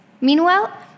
Meanwhile